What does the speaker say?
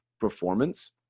performance